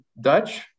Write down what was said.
Dutch